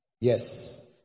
Yes